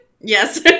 Yes